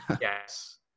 Yes